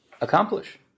accomplish